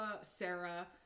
Sarah